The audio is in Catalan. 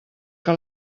que